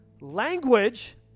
language